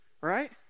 right